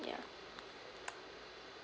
yeah